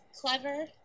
clever